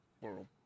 world